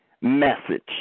message